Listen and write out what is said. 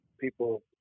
people